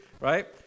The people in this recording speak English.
right